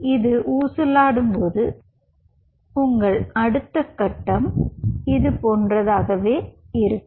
எனவே இது ஊசலாடும் போது உங்கள் அடுத்த கட்டம் இதுபோன்றதாக இருக்கும்